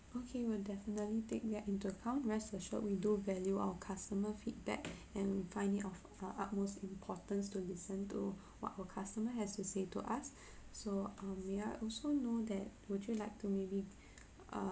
okay we'll definitely take that into account rest assured we do value our customer feedback and we find it of uh utmost importance to listen to what our customer has to say to us so um may I also know that would you like to maybe err